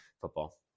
football